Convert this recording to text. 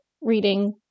reading